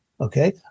Okay